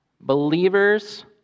Believers